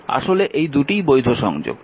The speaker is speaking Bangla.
আসলে এই দুটিই বৈধ সংযোগ